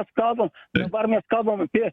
mes kalbam dabar mes kalbam apie